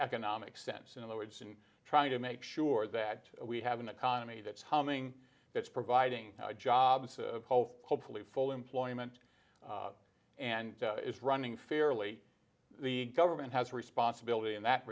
economic sense in other words in trying to make sure that we have an economy that's humming that's providing jobs hopefully full employment and is running fairly the government has a responsibility in that